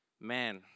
man